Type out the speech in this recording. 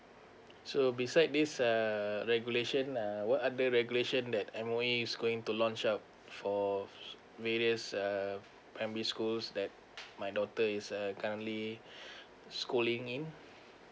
so beside this uh regulation um what other regulations that M_O_E is going to launch out for various uh primary schools that my daughter is uh currently schooling in